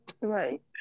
right